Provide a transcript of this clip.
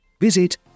Visit